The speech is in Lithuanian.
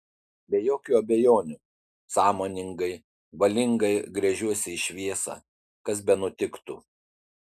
be jokių abejonių sąmoningai valingai gręžiuosi į šviesą kas benutiktų